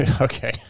okay